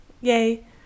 Yay